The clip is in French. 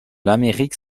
amérique